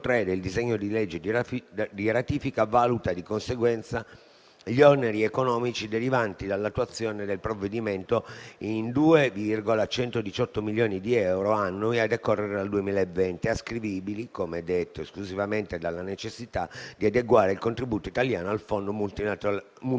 del disegno di legge di ratifica valuta di conseguenza gli oneri economici derivanti dall'attuazione del provvedimento in 2,118 milioni di euro annui a decorrere dal 2020, ascrivibili - come detto - esclusivamente alla necessità di adeguare il contributo italiano al Fondo multilaterale